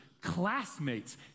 classmates